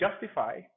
justify